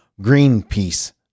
Greenpeace